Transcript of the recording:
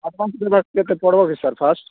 ଆଡ଼୍ଭାନ୍ସଫାଡ଼୍ଭାନ୍ସ କେତେ ପଡ଼୍ବ କି ସାର୍ ଫାର୍ଷ୍ଟ୍